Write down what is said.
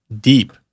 deep